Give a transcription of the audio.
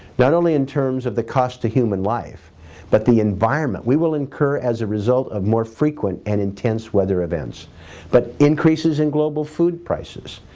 not only in terms of the cost to human life but the environment we will incur as a result of more frequent and intense weather events but increases in global food prices,